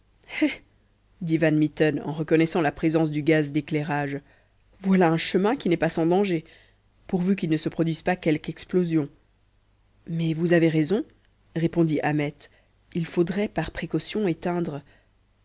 van mitten en reconnaissant la présence du gaz d'éclairage voilà un chemin qui n'est pas sans danger pourvu qu'il ne se produise pas quelque explosion mais vous avez raison répondit ahmet il faudrait par précaution éteindre